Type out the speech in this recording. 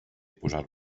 posar